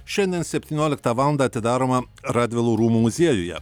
šiandien septynioliktą valandą atidaroma radvilų rūmų muziejuje